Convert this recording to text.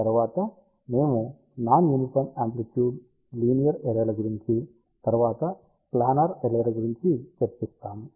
తరువాత మేము non uniform amplitude linear array ల గురించి తరువాత ప్లానర్ అర్రే ల గురించి చర్చిస్తాము